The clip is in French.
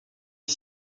est